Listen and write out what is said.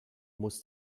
muss